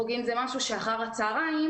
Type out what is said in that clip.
חוגים זה משהו שאחר הצוהריים,